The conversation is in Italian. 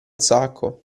sacco